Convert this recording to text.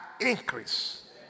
increase